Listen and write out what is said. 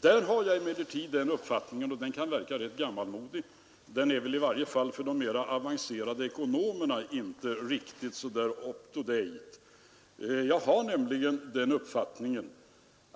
Där har jag emellertid den uppfattningen — och den kan verka rätt gammalmodig; i varje fall är den väl för de mera avancerade ekonomerna inte riktigt up to date —